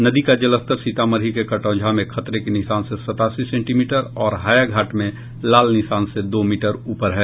नदी का जलस्तर सीतामढ़ी के कटौंझा में खतरे के निशान से सतासी सेंटीमीटर और हायाघाट में लाल निशान से दू मीटर ऊपर है